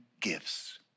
gifts